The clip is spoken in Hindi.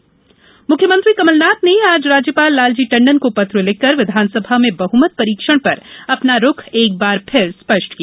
सीएम पत्र मुख्यमंत्री कमलनाथ ने आज राज्यपाल लालजी टंडन को पत्र लिखकर विधानसभा में बहूमत परीक्षण पर अपना रूख एक बार फिर स्पष्ट किया